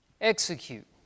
execute